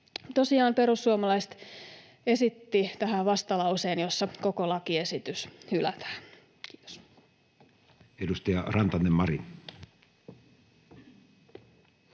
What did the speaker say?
perussuomalaiset esittivät tähän vastalauseen, jossa koko lakiesitys hylätään. — Kiitos. [Speech 147] Speaker: